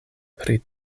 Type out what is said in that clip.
pri